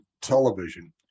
television